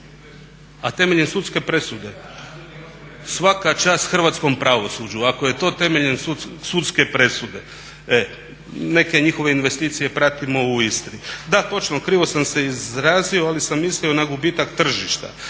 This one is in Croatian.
A temeljem sudske presude? Svaka čast hrvatskom pravosuđu ako je to temeljem sudske presude. Neke njihove investicije pratimo u Istri. Da točno, krivo sam se izrazio ali sam mislio na gubitak tržišta